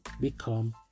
become